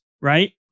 right